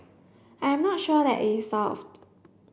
I'm not sure that it solved